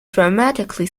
dramatically